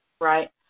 Right